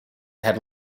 had